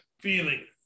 feeling